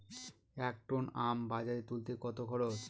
এক টন আম বাজারে তুলতে কত খরচ?